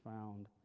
found